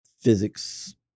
physics